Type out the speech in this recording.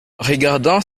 regardant